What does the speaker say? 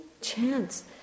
chance